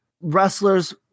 wrestlers